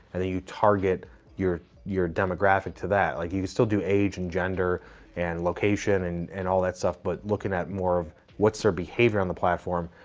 and then you target your your demographic to that. like you you still do age and gender and location and and all that stuff, but looking at more, what's their behavior on the platform,